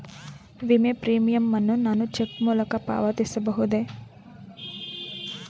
ವಿಮೆ ಪ್ರೀಮಿಯಂ ಅನ್ನು ನಾನು ಚೆಕ್ ಮೂಲಕ ಪಾವತಿಸಬಹುದೇ?